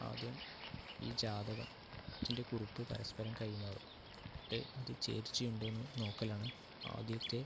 ആദ്യം ഈ ജാതകത്തിൻ്റെ കുറിപ്പ് പരസ്പരം കൈമാറും എന്നിട്ട് അത് ചേർച്ചയുണ്ടോയെന്ന് നോക്കലാണ് ആദ്യത്തെ